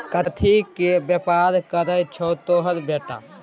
कथीक बेपार करय छौ तोहर बेटा?